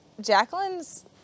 Jacqueline's